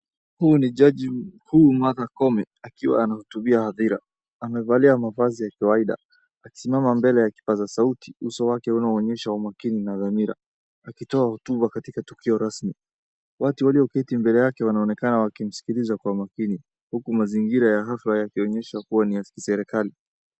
Huyu ni jaji mkuu Martha Koome akiwa anahutubia hadhira. Amevalia mavazi ya kawaida. Akisimama mbele ya kipaza sauti, uso wake unaoonyesha umakini na dhamira. Akitoa hotuba katika tukio rasmi, watu walio keti mbele yake wanaonekana wakimsikiliza kwa makini. Huku mazingira ya rafu yakionyesha kuwa ni ya serikali.